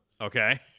Okay